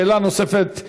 שאלה נוספת,